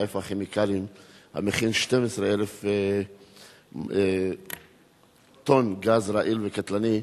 "חיפה כימיקלים" המכיל 12,000 טון גז רעיל וקטלני,